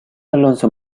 alonso